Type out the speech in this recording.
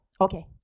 Okay